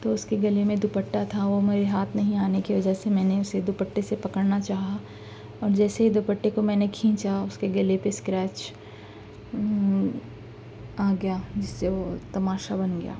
تو اس کے گلے میں دوپٹہ تھا وہ میرے ہاتھ نہیں آنے کی وجہ سے میں نے اسے دوپٹے سے پکڑنا چاہا اور جیسے ہی دوپٹے کو میں نے کھینچا اس کے گلے پہ اسکریچ آ گیا جس سے وہ تماشہ بن گیا